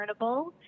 learnable